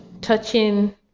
touching